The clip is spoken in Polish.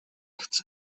chcę